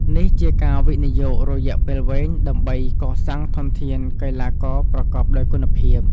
នេះជាការវិនិយោគរយៈពេលវែងដើម្បីកសាងធនធានកីឡាករប្រកបដោយគុណភាព។